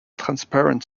transparent